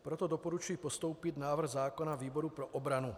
Proto doporučuji postoupit návrh zákona výboru pro obranu.